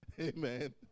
Amen